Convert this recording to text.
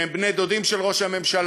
שהם בני-דודים של ראש הממשלה,